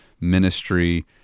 ministry